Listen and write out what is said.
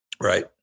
Right